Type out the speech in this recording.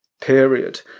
period